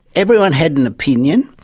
everyone had an opinion.